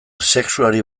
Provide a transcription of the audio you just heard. sexuari